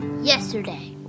Yesterday